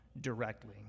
directly